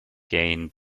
gained